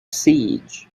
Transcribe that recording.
siege